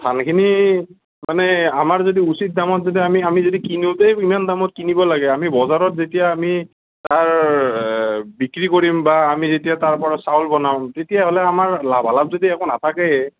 ধানখিনি মানে আমাৰ যদি উচিত দামত যদি আমি আমি যদি কিনোতেই ইমান দামত কিনিব লাগে আমি বজাৰত যেতিয়া আমি তাৰ বিক্ৰী কৰিম বা আমি যেতিয়া তাৰপৰা চাউল বনাম তেতিয়াহ'লে আমাৰ লাভালাভ যদি একো নাথাকেই